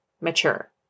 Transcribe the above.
mature